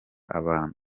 abantu